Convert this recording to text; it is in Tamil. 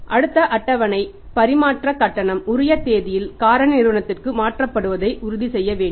அடுத்த அட்டவணை பரிமாற்றக் கட்டணம் உரிய தேதியில் காரணி நிறுவனத்திற்கு மாற்றப்படுவதை செய்ய வேண்டும்